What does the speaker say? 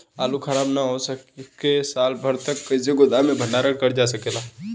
आलू खराब न हो सके साल भर तक कइसे गोदाम मे भण्डारण कर जा सकेला?